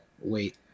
wait